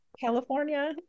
California